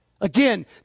Again